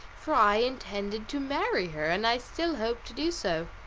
for i intended to marry her, and i still hope to do so.